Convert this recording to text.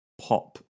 pop